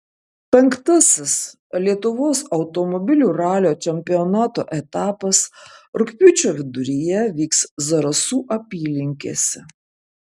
penktasis lietuvos automobilių ralio čempionato etapas rugpjūčio viduryje vyks zarasų apylinkėse